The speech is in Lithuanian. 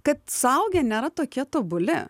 kad suaugę nėra tokie tobuli